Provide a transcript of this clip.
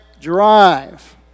drive